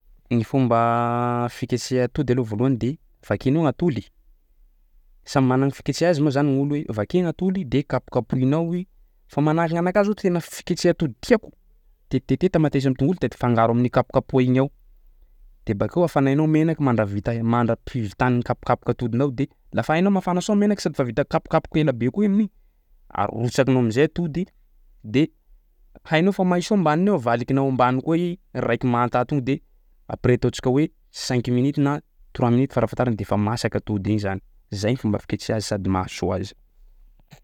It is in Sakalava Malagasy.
Ny fomba fiketseha atody aloha volohany de vakinao ny atoly, samy mana gny fiketseha azy moa zany gn'olo hoe vakiana atoly de kapokapohinao i fa manahiky ny anakah zao tena fiketseha atody tiako tetitete tamatesy am'tongolo de t- afangaro amin'ny kapokapoha igny ao de bakeo afanainao menaky mandravitai- mandrapivitan'ny kapok'atodinao de lafa hainao mafana soa menaky sady fa vita kapokapoka elabe koa i amin'igny arotsakinao am'zay atody de hainao fa may soa ambaniny ao avalikinao ambany koa i raiky manta to de après ataontsika hoe cinq minutes na trois minutes farafahatarany de fa masaky atody igny zany, zay ny fomba fiketseha azy sady mahasoa azy.